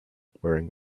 wearing